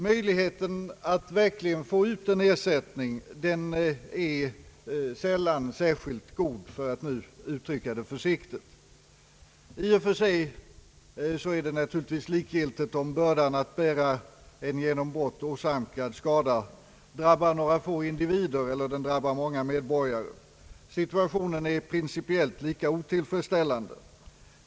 Möjligheten att verkligen få ut ersättning är sällan särskilt god, för att nu uttrycka det försiktigt. Det är i och för sig likgiltigt om bördan att bära en genom brott åsamkad skada drabbar några få individer eller många medborgare. Situationen är principiellt lika otillfredsställande.